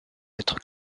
être